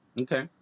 Okay